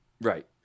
Right